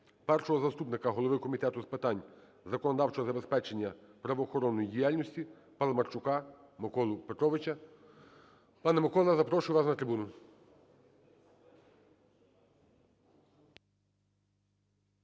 першого заступника голова Комітету з питань законодавчого забезпечення правоохоронної діяльності Паламарчука Миколу Петровича. Пане Миколо, запрошую вас на трибуну.